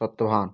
Satbhan